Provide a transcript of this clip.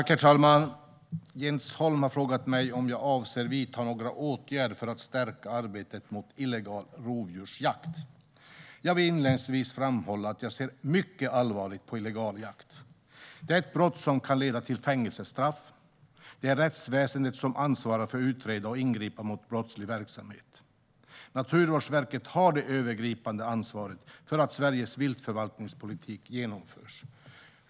Herr talman! Jens Holm har frågat mig om jag avser att vidta några åtgärder för att stärka arbetet mot illegal rovdjursjakt. Jag vill inledningsvis framhålla att jag ser mycket allvarligt på illegal jakt. Det är ett brott som kan leda till fängelsestraff. Det är rättsväsendet som ansvarar för att utreda och ingripa mot brottslig verksamhet. Naturvårdsverket har det övergripande ansvaret för att Sveriges viltförvaltningspolitik genomförs.